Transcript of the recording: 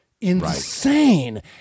insane